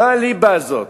מה הליבה הזאת?